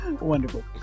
Wonderful